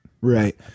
Right